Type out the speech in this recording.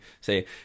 say